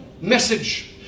Message